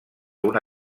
una